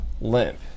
limp